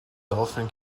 dolphin